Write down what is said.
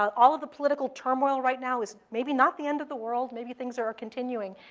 all of the political turmoil right now is maybe not the end of the world. maybe things are are continuing.